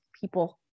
people